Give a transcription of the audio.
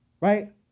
Right